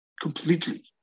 completely